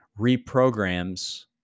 reprograms